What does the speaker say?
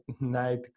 night